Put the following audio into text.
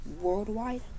worldwide